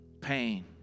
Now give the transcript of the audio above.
pain